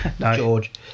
George